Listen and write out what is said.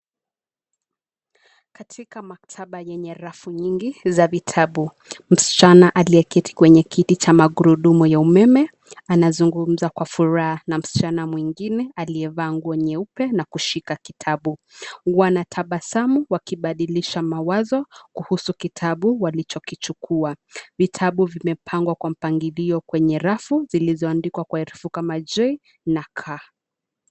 Katika maktaba yenye rafu nyingi za vitabu .Msichana aliyeketi kwenye kiti cha magurudumu ya umeme anazungumza kwa furaha na msichana mwingine aliyevaa nguo nyeupe na kushika kitabu. Wanatabasamu wakibadilisha mawazo kuhusu kitabu walichokichokichukua. Vitabu vimepangwa kwa mpangilio kwenye rafu zilizoandikwa kwa herufi kama J na K.